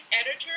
editor